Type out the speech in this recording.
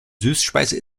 süßspeise